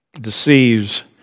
deceives